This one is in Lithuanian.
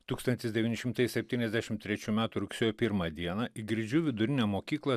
tūkstantis devyni šimtai septyniasdešim trečių metų rugsėjo pitrmą dieną į girdžių vidurinę mokyklą